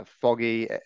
Foggy